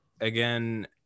again